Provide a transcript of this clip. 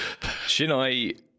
Shinai